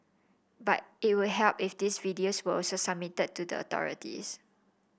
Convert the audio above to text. but it would help if these videos were also submitted to the authorities